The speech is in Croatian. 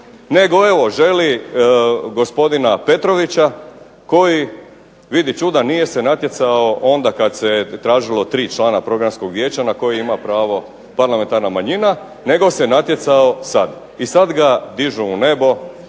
nego evo želi gospodina Petrovića koji vidi čuda nije se natjecao onda kad se tražilo 3 člana Programskog vijeća na koje ima pravo parlamentarna manjina nego se natjecao sad. I sad ga dižu u nebo,